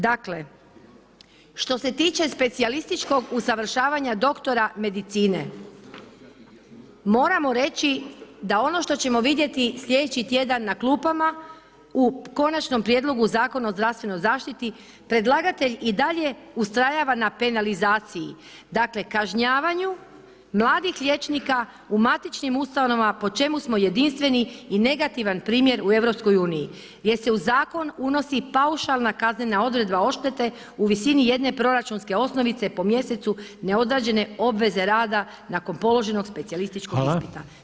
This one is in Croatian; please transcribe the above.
Dakle, što se tiče specijalističkog usavršavanja doktora medicine, moramo reći da ono što ćemo vidjeti sljedeći tjedan na klupama u Konačnom prijedlogu Zakona o zdravstvenoj zaštiti predlagatelj i dalje ustrajava na penalizaciji dakle kažnjavanju mladih liječnika u matičnim ustanovama po čemu smo jedinstveni i negativan primjer u EU gdje se u zakon unosi paušalna kaznena odredba odštete u visini jedne proračunske osnovice po mjesecu neodrađene obveze rada nakon položenog specijalističkog ispita.